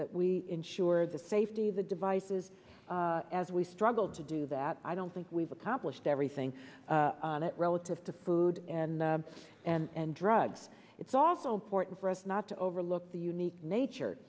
that we ensure the safety of the devices as we struggled to do that i don't think we've accomplished everything on it relative to food and and drugs it's also important for us not to overlook the unique nature